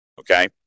Okay